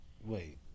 wait